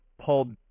Paul